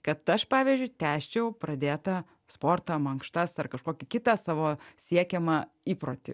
kad aš pavyzdžiui tęsčiau pradėtą sportą mankštas ar kažkokį kitą savo siekiamą įprotį